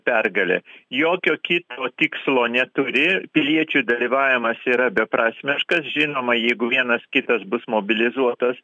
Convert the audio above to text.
pergalė jokio kito tikslo neturi piliečių dalyvavimas yra beprasmiškas žinoma jeigu vienas kitas bus mobilizuotas